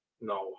No